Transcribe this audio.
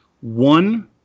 one